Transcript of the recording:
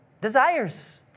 desires